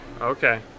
Okay